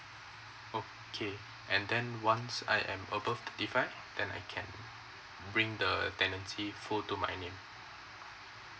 okay and then once I am above thirty five then I can bring the tenancy full to my name